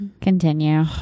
continue